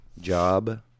job